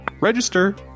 Register